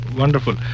Wonderful